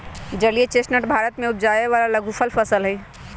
जलीय चेस्टनट भारत में उपजावे वाला लघुफल फसल हई